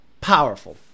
powerful